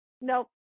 Nope